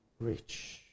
rich